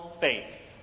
faith